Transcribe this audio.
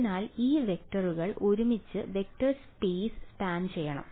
അതിനാൽ ഈ വെക്ടറുകൾ ഒരുമിച്ച് വെക്ടർ സ്പെയ്സ് സ്പാൻ ചെയ്യണം